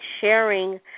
sharing